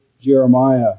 Jeremiah